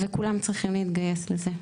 כולם צריכים להתגייס לזה.